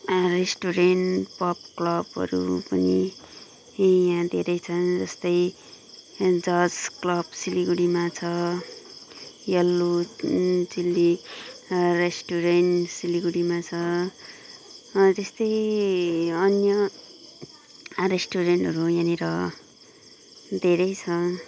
restaurant pub क्लबहरू पनि यहाँ धेरै छन् जस्तै सेन्जर्ज क्लब सिलगढीमा छ याल्लो चिल्ली रेस्टुरेन्ट सिलगढीमा छ अन्त त्यस्तै अन्य रेस्टुरेन्टहरू यहाँनिर धेरै छ